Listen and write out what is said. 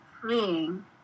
freeing